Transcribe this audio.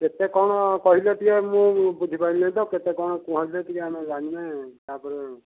କେତେ କଣ କହିଲେ ଟିକିଏ ମୁଁ ବୁଝିପାଇଲି ନାହିଁ ତ କେତେ କଣ କୁହନ୍ତେ ଆମେ ଟିକିଏ ଜାଣିନେ ତାପରେ